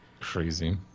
Crazy